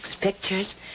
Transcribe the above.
pictures